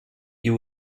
you